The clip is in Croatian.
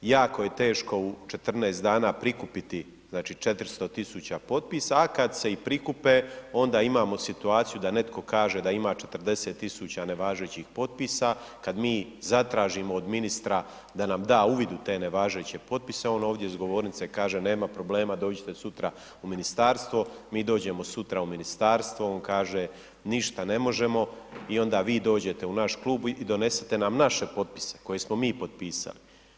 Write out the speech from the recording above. Jako je teško u 14 dana prikupiti znači 400 tisuća potpisa a kada se i prikupe onda imamo situaciju da netko kaže da ima 40 tisuća nevažećih potpisa kada mi zatražimo od ministra da nam da uvid u te nevažeće potpise on ovdje s govornice kaže nema problema dođite sutra u ministarstvo, mi dođemo sutra u ministarstvo, on kaže ništa ne možemo i onda vi dođete u naš klub i donesete nam naše potpise koje smo mi potpisali.